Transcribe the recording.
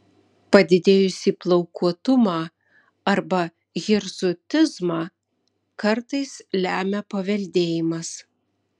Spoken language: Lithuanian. padidėjusį plaukuotumą arba hirsutizmą kartais lemia paveldėjimas